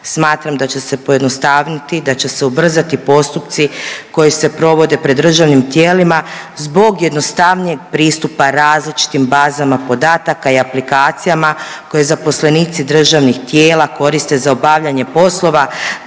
smatram da će se pojednostavniti, da će se ubrzati postupci koji se provode pred državnim tijelima zbog jednostavnijeg pristupa različitim bazama podataka i aplikacijama koje zaposlenici državnih tijela koriste za obavljanje poslova